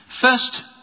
First